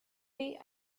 really